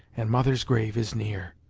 and mother's grave is near.